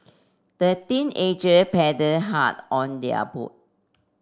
the teenager paddled hard on their boat